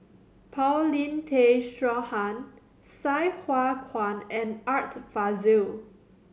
Paulin Tay Straughan Sai Hua Kuan and Art Fazil